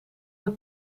met